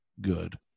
good